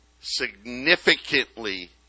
Significantly